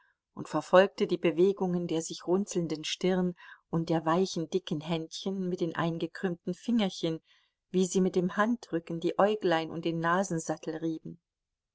und verfolgte die bewegungen der sich runzelnden stirn und der weichen dicken händchen mit den eingekrümmten fingerchen wie sie mit dem handrücken die äuglein und den nasensattel rieben